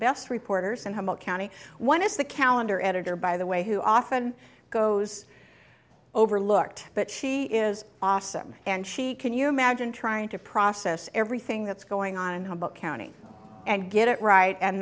best reporters and i'm a county one is the calendar editor by the way who often goes overlooked but she is awesome and she can you imagine trying to process everything that's going on in her book county and get it right and